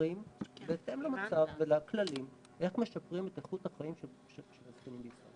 משפרים בהתאם למצב ולכללים את איכות החיים של האנשים שאנחנו חפצים ביקרם